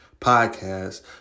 podcast